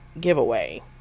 giveaway